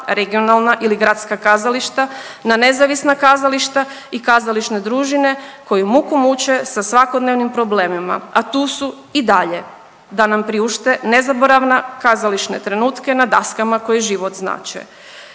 regionalne ili gradska kazališta na nezavisna kazališta i kazališne družine koji muku muče sa svakodnevnim problemima, a tu su i dalje da nam priušte nezaboravna kazališne trenutke na daskama koje život znače.